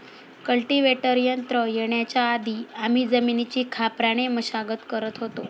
cultivator यंत्र येण्याच्या आधी आम्ही जमिनीची खापराने मशागत करत होतो